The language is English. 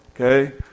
okay